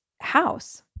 house